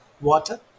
water